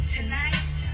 Tonight